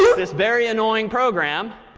this very annoying program?